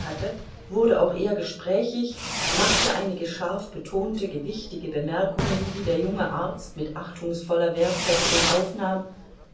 hatte wurde auch er gesprächig machte einige scharf betonte gewichtige bemerkungen die der junge arzt mit achtungsvoller wertschätzung aufnahm